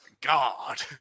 God